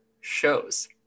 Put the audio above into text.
shows